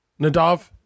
Nadav